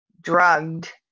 drugged